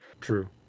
True